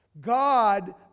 God